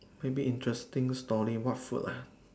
maybe interesting story what food lah